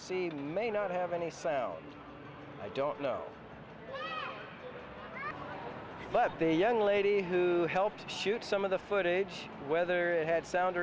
see may not have any sound i don't know but they young lady who helped shoot some of the footage whether it had sound